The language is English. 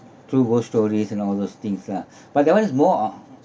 through old stories and all those things lah but that one is more of